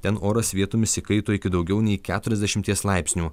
ten oras vietomis įkaito iki daugiau nei keturiasdešimies laipsnių